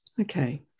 Okay